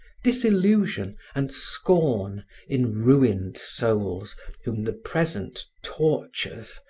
disillusion and scorn in ruined souls whom the present tortures,